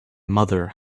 mother